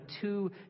two